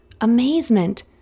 amazement